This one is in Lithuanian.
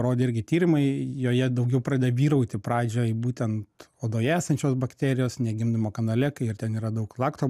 rodė irgi tyrimai joje daugiau pradeda vyrauti pradžioj būtent odoje esančios bakterijos ne gimdymo kanale kai ir ten yra daug lakto